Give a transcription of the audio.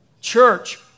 church